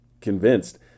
convinced